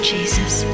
Jesus